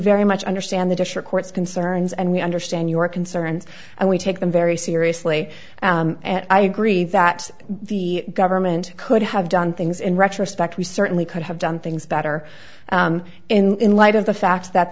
very much understand the district court's concerns and we understand your concerns and we take them very seriously and i agree that the government could have done things in retrospect we certainly could have done things better in light of the fact that